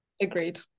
Agreed